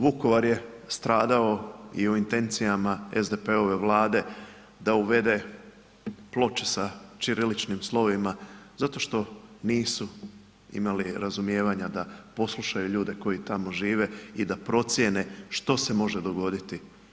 Vukovar je stradao i u intencijama SDP-ove vlade da uvede ploče sa ćiriličnim slovima zato što nisu imali razumijevanja da poslušaju ljude koji tamo žive i da procjene što se može dogoditi.